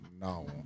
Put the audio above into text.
no